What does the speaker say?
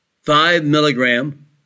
five-milligram